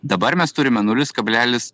dabar mes turime nulis kablelis